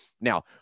Now